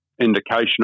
indication